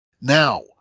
now